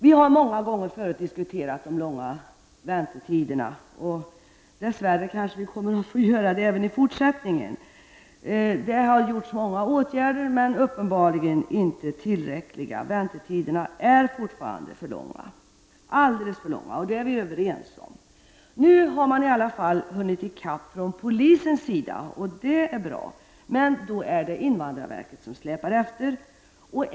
Vi har många gånger tidigare diskuterat de långa väntetiderna. Dess värre kanske vi kommer att få göra det även i fortsättningen. Många åtgärder har vidtagits, men uppenbarligen inte tillräckligt många. Väntetiderna är fortfarande alltför långa. Det är vi överens om. Nu har man i alla fall hunnit i kapp från polisens sida. Det är bra. Nu släpar invandrarverket efter.